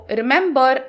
remember